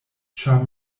ĉar